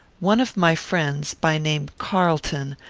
one of my friends, by name carlton,